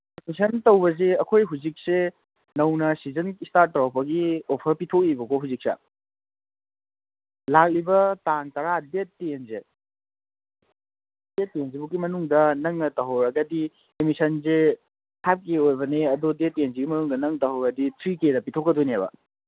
admission ꯇꯧꯕꯁꯤ ꯑꯩꯈꯣꯏ ꯍꯧꯖꯤꯛꯁꯦ ꯅꯧꯅ ꯁꯤꯖꯟ ꯏꯁꯇꯥꯔꯠ ꯇꯧꯔꯛꯄꯒꯤ ꯑꯣꯐꯔ ꯄꯤꯊꯣꯛꯏꯌꯦꯕꯀꯣ ꯍꯧꯖꯤꯛꯁꯦ ꯂꯥꯛꯂꯤꯕ ꯇꯥꯡ ꯇꯔꯥ ꯗꯦꯠ ꯇꯦꯟꯁꯦ ꯗꯦꯠ ꯇꯦꯟꯁꯤ ꯐꯥꯎꯕꯒꯤ ꯃꯅꯨꯡꯗ ꯅꯪꯅ ꯇꯧꯍꯧꯔꯒꯗꯤ ꯑꯦꯗꯃꯤꯁꯟꯁꯦ ꯐꯥꯏꯚ ꯀꯦ ꯑꯣꯏꯕꯅꯦ ꯑꯗꯨ ꯗꯦꯠ ꯇꯦꯟꯁꯤ ꯐꯥꯎꯕꯒꯤ ꯃꯅꯨꯡꯗ ꯇꯧꯍꯧꯔꯗꯤ ꯊ꯭ꯔꯤ ꯀꯦꯗ ꯄꯤꯊꯣꯛꯀꯗꯣꯏꯅꯦꯕ